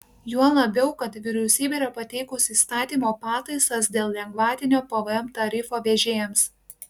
juo labiau kad vyriausybė yra pateikusi įstatymo pataisas dėl lengvatinio pvm tarifo vežėjams